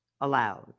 allowed